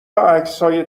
عکسهای